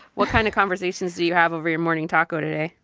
what kind of conversations do you have over your morning taco today?